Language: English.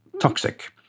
toxic